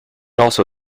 also